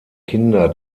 kinder